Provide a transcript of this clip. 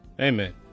Amen